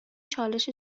چالش